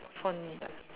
phone